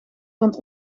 want